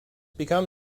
become